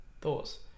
thoughts